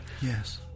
Yes